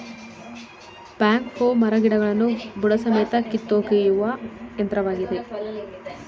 back ಹೋ ಮರಗಿಡಗಳನ್ನು ಬುಡಸಮೇತ ಕಿತ್ತೊಗೆಯುವ ಯಂತ್ರವಾಗಿದೆ